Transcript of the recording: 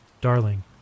Darling